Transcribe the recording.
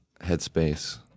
headspace